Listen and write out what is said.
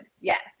Yes